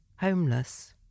homeless